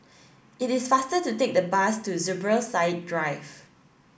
it is faster to take the bus to Zubir Said Drive